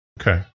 Okay